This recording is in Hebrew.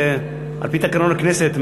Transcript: על-פי תקנון הכנסת,